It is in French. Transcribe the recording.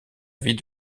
vie